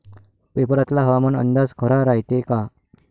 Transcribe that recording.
पेपरातला हवामान अंदाज खरा रायते का?